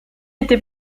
était